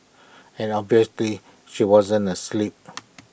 and obviously he wasn't asleep